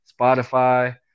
Spotify